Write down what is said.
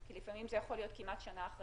כי לפעמים זה יכול להיות כמעט שנה אחרי